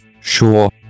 Sure